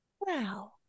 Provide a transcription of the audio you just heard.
Wow